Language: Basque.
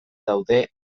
daude